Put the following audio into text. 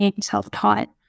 self-taught